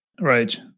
Right